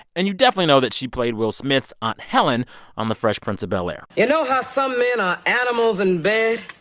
and you definitely know that she played will smith's aunt helen on the fresh prince of bel-air. you know how some men are animals in bed?